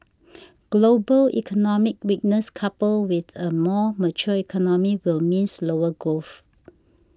global economic weakness coupled with a more mature economy will mean slower growth